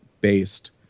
based